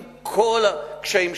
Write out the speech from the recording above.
עם כל הקשיים שלה.